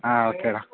ആ ഓക്കെ ടാ